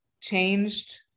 changed